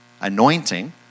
anointing